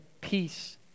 peace